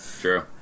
True